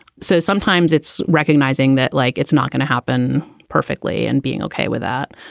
so sometimes it's recognizing that, like, it's not going to happen perfectly. and being ok with that.